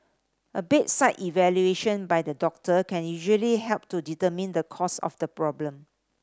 a bedside evaluation by the doctor can usually help to determine the cause of the problem